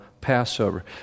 Passover